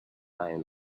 iron